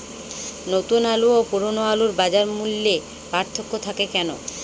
নতুন আলু ও পুরনো আলুর বাজার মূল্যে পার্থক্য থাকে কেন?